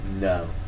No